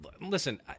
listen